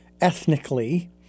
ethnically